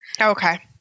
Okay